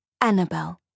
Annabelle